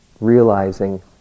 realizing